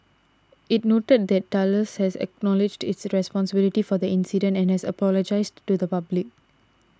it noted that Thales has acknowledged its responsibility for the incident and it has apologised to the public